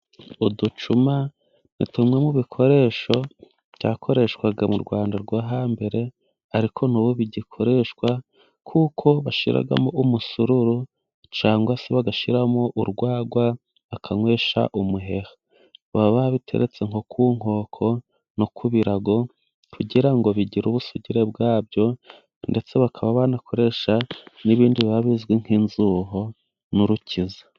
Uducuma ni tumwe mu bikoresho byakoreshwaga mu Rwanda rwo hambere, ariko n'ubu bigikoreshwa kuko bashyiramo umusururu, cyangwa se bagashyiramo urwagwa bakanywesha umuheha. Baba babiteretse nko ku nkoko no ku birago, kugira ngo bigire ubusugire bwa byo, ndetse bakaba banakoresha n'ibindi biba bizwi nk'inzuho n'urukiza.